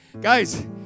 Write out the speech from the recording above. Guys